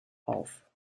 auf